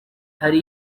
hari